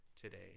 today